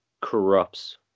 corrupts